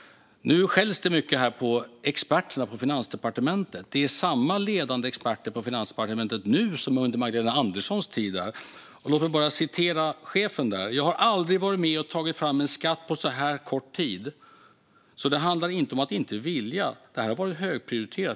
Nu skälls det mycket på experterna på Finansdepartementet. Det är samma ledande experter på Finansdepartementet nu som under Magdalena Anderssons tid där. Låt mig citera Finansdepartementets rättschef: "Jag har aldrig varit med och tagit fram en skatt på så här kort tid. Så det handlar inte om att inte vilja. Det här har varit högprioriterat.